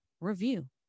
review